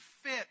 fit